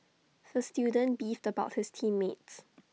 the student beefed about his team mates